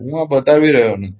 હું આ બતાવી રહ્યો નથી